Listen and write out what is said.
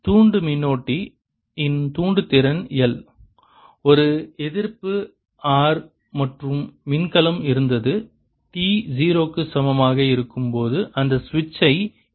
இந்த தூண்டு மின்னோட்டி இன் தூண்டுதிறன் L ஒரு எதிர்ப்பு r மற்றும் மின்கலம் இருந்தது t 0 க்கு சமமாக இருக்கும் போது இந்த சுவிட்சை இயக்குவோம்